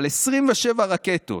אבל 27 רקטות,